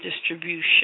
distribution